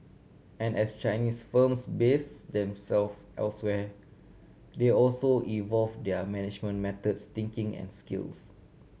and as Chinese firms base themselves elsewhere they also evolve their management methods thinking and skills